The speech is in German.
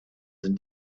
sind